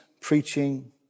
preaching